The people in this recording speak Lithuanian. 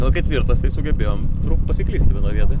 o ketvirtas tai sugebėjom pasiklysti vienoj vietoj